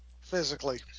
physically